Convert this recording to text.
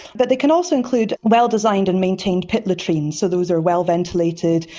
but they can also include well designed and maintained pit latrines, so those are well ventilated,